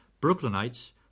Brooklynites